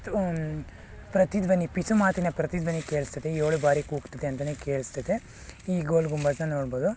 ಪ್ರತಿಧ್ವನಿ ಪಿಸುಮಾತಿನ ಪ್ರತಿಧ್ವನಿ ಕೇಳಿಸುತ್ತೆ ಏಳು ಬಾರಿ ಕೂಗ್ತದೆ ಅಂತಲೇ ಕೇಳಿಸ್ತೈತೆ ಈ ಗೋಲ್ ಗುಂಬಜ್ನ ನೋಡ್ಬೋದು